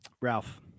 Ralph